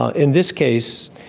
ah in this case,